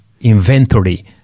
Inventory